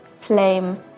flame